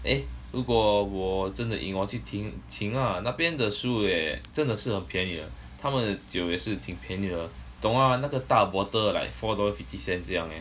eh 如果我真的赢 orh 我要去请请 ah 那边的食物也真的是很便宜的他们的酒也是挺便宜的懂 mah 那个大的 bottle like four dollar fifty cents 这样 eh